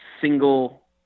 single